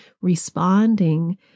responding